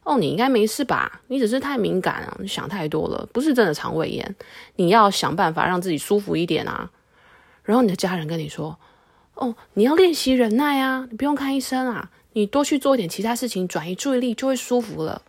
“哦，你应该没事吧？你只是太敏感啊，你想太多了，不是真的肠胃炎，你要想办法让自己舒服一点啊。”然后你的家人跟你说，“哦，你要练习忍耐啊，你不用看医生啊，你多去做一点其他事情，转移注意力就会舒服了